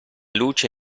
luce